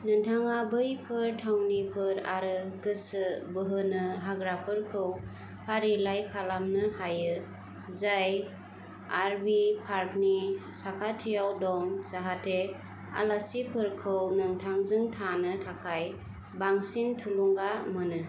नोंथाङा बैफोर थावनिफोर आरो गोसो बोहोनो हाग्राफोरखौ फारिलाइ खालामनो हायो जाय आर वी पार्कनि साखाथियाव दं जाहाते आलासिफोरखौ नोंथांजों थानो थाखाय बांसिन थुलुंगा मोनो